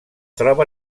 troba